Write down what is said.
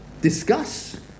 Discuss